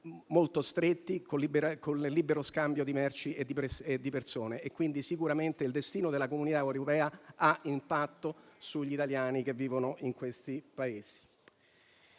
molto stretti, con libero scambio di merci e di persone e quindi sicuramente il destino della Comunità europea ha impatto sugli italiani che vivono in questi Paesi.